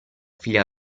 figlia